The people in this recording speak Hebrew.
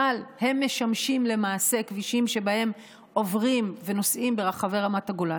אבל הם משמשים למעשה כבישים שבהם עוברים ונוסעים ברחבי רמת הגולן.